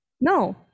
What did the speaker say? no